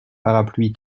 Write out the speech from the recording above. parapluies